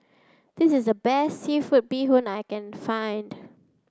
this is the best seafood bee hoon I can find